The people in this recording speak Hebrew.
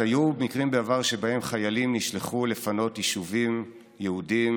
היו מקרים בעבר שבהם חיילים נשלחו לפנות יישובים יהודיים